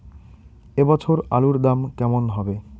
এ বছর আলুর দাম কেমন হবে?